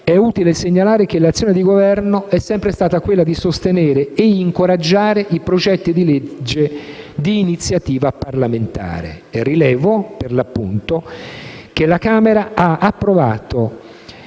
è utile segnalare che l'azione di Governo è sempre stata quella di sostenere e incoraggiare i progetti di legge di iniziativa parlamentare. Rilevo, per l'appunto, che la Camera ha approvato